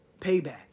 payback